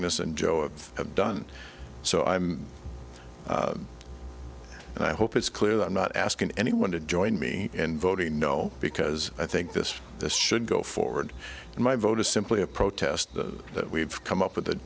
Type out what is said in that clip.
agnes and joe of have done so i'm and i hope it's clear that i'm not asking anyone to join me in voting no because i think this this should go forward and my vote is simply a protest that we've come up with the